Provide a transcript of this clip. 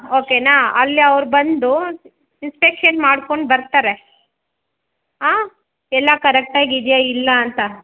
ಓಕೆನಾ ಅಲ್ಲಿ ಅವ್ರು ಬಂದು ಇನ್ಸ್ಪೆಕ್ಷನ್ ಮಾಡ್ಕೊಂಡು ಬರ್ತಾರೆ ಆಂ ಎಲ್ಲ ಕರೆಕ್ಟಾಗಿದೆಯಾ ಇಲ್ವಾ ಅಂತ